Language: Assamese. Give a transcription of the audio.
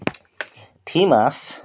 পুঠি মাছ